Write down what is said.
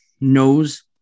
knows